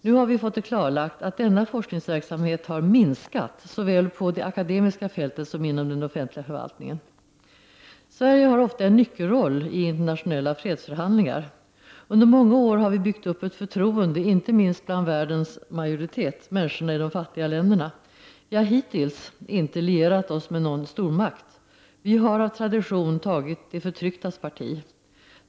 Nu har vi fått det klarlagt att denna forskningsverksamhet har minskat, såväl på det akademiska fältet som inom den offentliga förvaltningen. Sverige har ofta en nyckelroll i internationella fredsförhandlingar. Under många år har vi byggt upp ett förtroende inte minst bland världens majoritet, människorna i de fattiga länderna. Vi har hittills inte lierat oss med någon stormakt. Vi har av tradition tagit de förtrycktas parti.